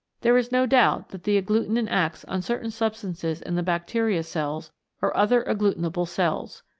there is no doubt that the agglutinin acts on certain sub stances in the bacteria-cells or other agglutinable cells.